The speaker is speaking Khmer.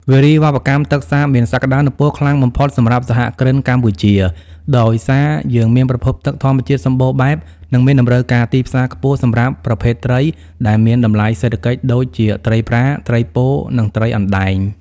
វារីវប្បកម្មទឹកសាបមានសក្ដានុពលខ្លាំងបំផុតសម្រាប់សហគ្រិនកម្ពុជា ដោយសារយើងមានប្រភពទឹកធម្មជាតិសម្បូរបែប និងមានតម្រូវការទីផ្សារខ្ពស់សម្រាប់ប្រភេទត្រីដែលមានតម្លៃសេដ្ឋកិច្ចដូចជាត្រីប្រា ត្រីពោធិ៍ និងត្រីអណ្ដែង។